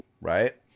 right